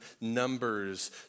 Numbers